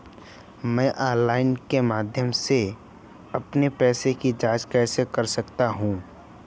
मैं ऑनलाइन के माध्यम से अपने पैसे की जाँच कैसे कर सकता हूँ?